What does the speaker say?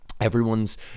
Everyone's